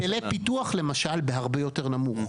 היטלי פיתוח, למשל, בהרבה יותר נמוך.